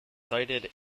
sighted